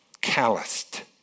calloused